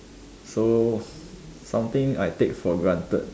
so something I take for granted